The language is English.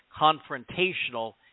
confrontational